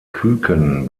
küken